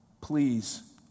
Please